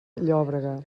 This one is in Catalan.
llòbrega